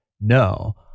no